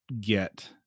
get